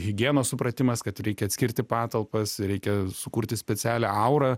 higienos supratimas kad reikia atskirti patalpas reikia sukurti specialią aurą